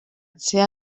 sea